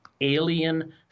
alien